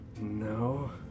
no